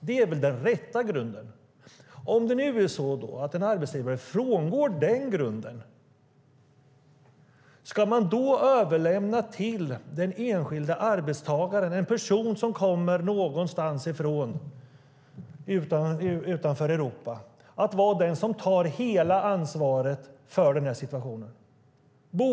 Om det nu är så att en arbetsgivare frångår den grunden, ska man då överlämna till den enskilda arbetstagaren, en person som kommer från någonstans utanför Europa, att ta hela ansvaret för den här situationen?